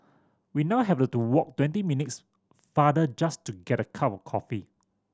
we now have to walk twenty minutes farther just to get a cup of coffee